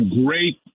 great